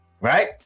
right